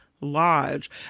Lodge